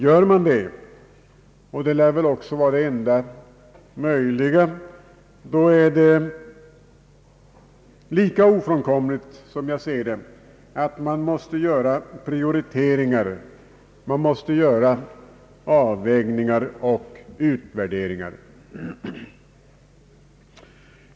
Gör man så — och det lär vara enda möjligheten — är det lika ofrånkomligt, som jag ser det, att man gör prioriteringar, avvägningar och utvärderingar.